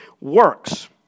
works